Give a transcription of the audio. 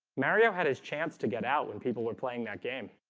mario had his chance to get out when people were playing that game.